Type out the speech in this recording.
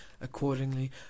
accordingly